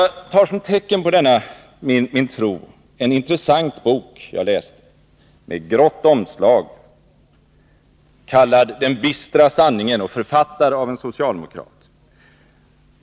Denna min tro bestyrks av en intressant bok som jag nyligen har läst. Den har grått omslag, heter ”Den bistra sanningen” och är författad av en socialdemokrat.